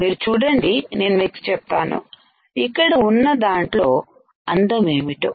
మీరు చూడండి నేను మీకు చెప్తాను ఇక్కడ ఉన్న దాంట్లో అందం ఏమిటో